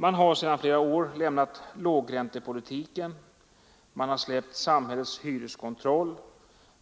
Man har sedan flera år lämnat lågräntepolitiken, man har släppt samhällets hyreskontroll,